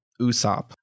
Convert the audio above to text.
Usopp